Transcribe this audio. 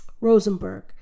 Rosenberg